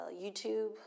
YouTube